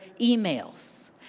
emails